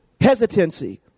hesitancy